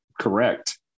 correct